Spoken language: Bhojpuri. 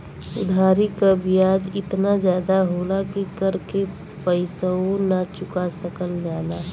उधारी क बियाज एतना जादा होला कि कर के पइसवो ना चुका सकल जाला